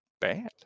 bad